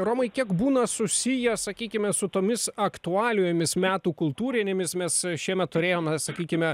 romai kiek būna susiję sakykime su tomis aktualijomis metų kultūrinėmis mes šiemet turėjome sakykime